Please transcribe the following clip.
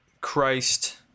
Christ